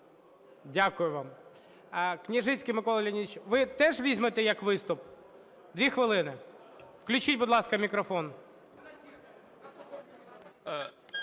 Дякую вам. Княжицький Микола Леонідович. Ви теж візьмете як виступ? 2 хвилини. Включіть, будь ласка, мікрофон.